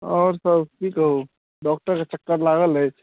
आओरसभ की कहू डॉक्टरके चक्कर लागल अछि